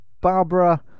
Barbara